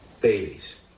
babies